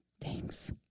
Thanks